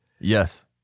Yes